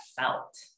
felt